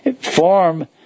Form